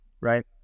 right